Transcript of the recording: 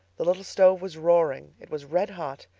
the little stove was roaring it was red-hot,